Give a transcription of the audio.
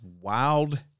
wild